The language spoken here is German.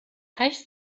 heißt